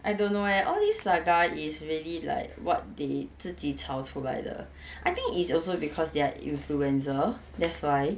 I don't know eh all these saga is really like what they 自己吵出来的 I think it's also because they are influencer that's why